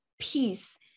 peace